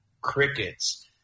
crickets